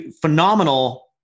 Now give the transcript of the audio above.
phenomenal